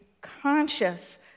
conscious